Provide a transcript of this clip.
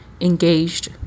engaged